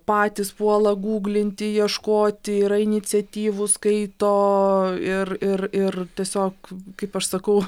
patys puola gūglinti ieškoti yra iniciatyvūs skaito ir ir ir tiesiog kaip aš sakau